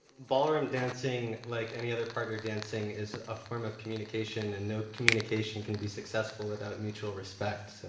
ballroom dancing, like any other partner dancing, is a form of communication, and no communication can be successful without mutual respect, so,